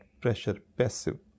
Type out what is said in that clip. pressure-passive